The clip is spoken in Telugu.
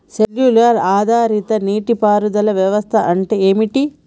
సెన్సార్ ఆధారిత నీటి పారుదల వ్యవస్థ అంటే ఏమిటి?